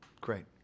great